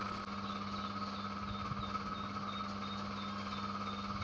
আমার কাকা যাঁর বয়স ষাটের উপর তাঁর পক্ষে কি লোন পাওয়া সম্ভব?